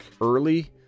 early